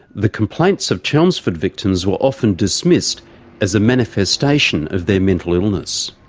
the complaints of chelmsford victims were often dismissed as a manifestation of their mental illness.